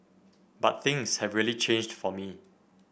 but things have really changed for me